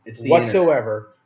whatsoever